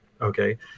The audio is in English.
okay